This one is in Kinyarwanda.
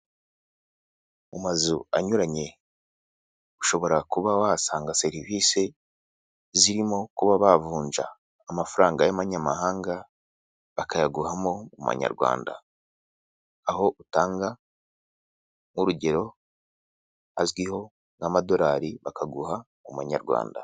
Mu mazu anyuranye ushobora kuba wahasanga serivisi, zirimo kuba bavunja amafaranga y'amanyamahanga bakayaguhamo amanyarwanda, aho utanga nk'urugero azwiho nk'amadolari bakaguha mu manyarwanda.